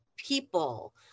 people